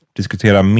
diskutera